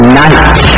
night